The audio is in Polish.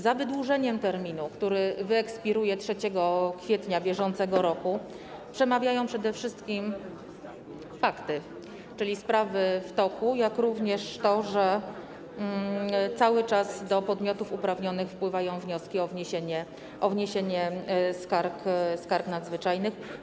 Za wydłużeniem terminu, który wyekspiruje 3 kwietnia br., przemawiają przede wszystkim fakty, czyli sprawy w toku, jak również to, że cały czas do podmiotów uprawnionych wpływają wnioski o wniesienie skarg nadzwyczajnych.